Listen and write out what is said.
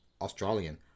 Australian